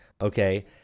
okay